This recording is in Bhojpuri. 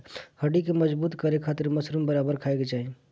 हड्डी के मजबूत करे खातिर मशरूम बराबर खाये के चाही